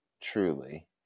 Truly